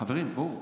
חברים, בואו.